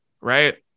Right